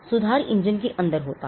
सुधार इंजन के अंदर होता है